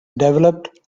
developed